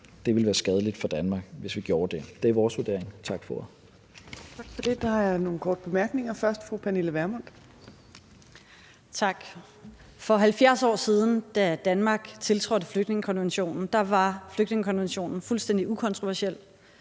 det ville være skadeligt for Danmark, hvis vi gjorde det. Det er vores vurdering. Tak for